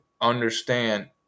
understand